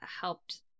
helped